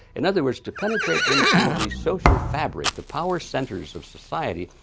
in other words, to penetrate into the social fabric, the power centers of society,